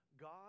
God